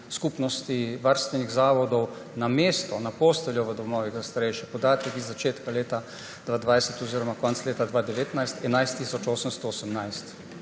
Skupnosti socialnih zavodov na mesto za posteljo v domovih za starejše? Podatek iz začetka leta 2020 oziroma konec leta 2019 je 11